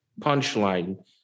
punchline